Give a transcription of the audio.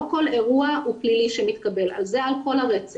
לא כל אירוע שמתקבל הוא פלילי, זה על כל הרצף.